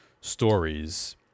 stories